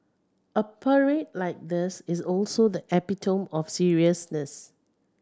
a parade like this is also the epitome of seriousness